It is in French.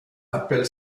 appelle